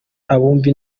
abumva